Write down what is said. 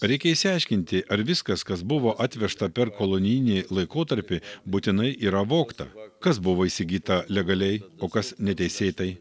reikia išsiaiškinti ar viskas kas buvo atvežta per kolonijinį laikotarpį būtinai yra vogta kas buvo įsigyta legaliai o kas neteisėtai